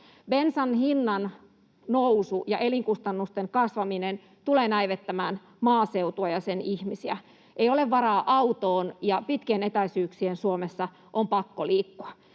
Bensan hinnannousu ja elinkustannusten kasvaminen tulevat näivettämään maaseutua ja sen ihmisiä — ei ole varaa autoon, ja pitkien etäisyyksien Suomessa on pakko liikkua.